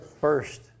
First